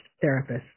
therapist